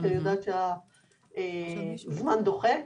כי אני יודעת שהזמן דוחק,